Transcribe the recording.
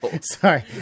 Sorry